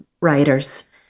writers